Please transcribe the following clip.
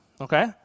okay